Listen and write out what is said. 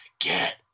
Get